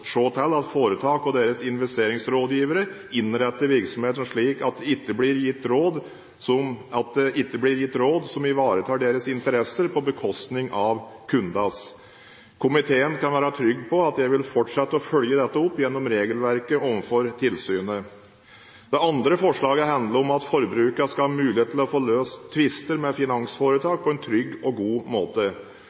til at foretak og deres investeringsrådgivere innretter virksomheten slik at det ikke blir gitt råd som ivaretar deres interesser på bekostning av kundens. Komiteen kan være trygg på at jeg vil fortsette å følge opp dette overfor tilsynet gjennom regelverket. Det andre forslaget handler om at forbrukerne skal ha mulighet til å få løst tvister med finansforetak på en trygg og god måte.